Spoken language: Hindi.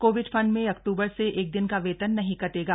कोविड फंड में अक्टूबर से एक दिन का वेतन नहीं कटेगा